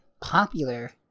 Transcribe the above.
popular